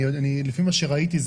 לפי מה שראיתי,